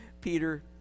Peter